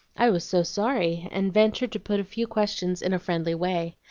i was so sorry, and ventured to put a few questions in a friendly way.